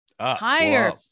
Higher